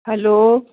hello